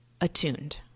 attuned